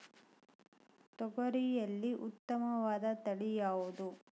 ತೊಗರಿಯಲ್ಲಿ ಉತ್ತಮವಾದ ತಳಿ ಯಾವುದು?